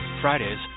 Fridays